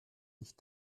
ich